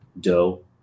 dough